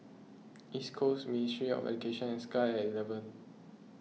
East Coast Ministry of Education and Sky at eleven